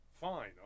Fine